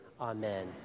Amen